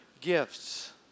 gifts